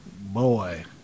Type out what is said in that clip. boy